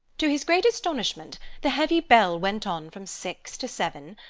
to his great astonishment the heavy bell went on from six to seven,